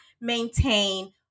maintain